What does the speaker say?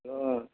ꯑꯥ